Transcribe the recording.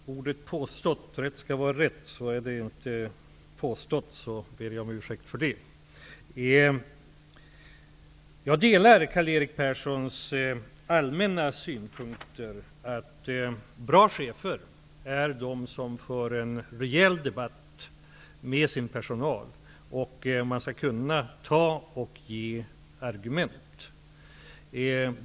Herr talman! Jag använde ordet påstått. Rätt skall vara rätt. Om detta var fel ord, ber jag om ursäkt för det. Jag delar Karl-Erik Perssons allmänna synpunkter att bra chefer är de som för en rejäl debatt med sin personal. Man skall kunna ta och ge argument.